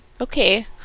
Okay